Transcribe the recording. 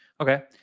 Okay